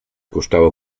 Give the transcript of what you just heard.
costava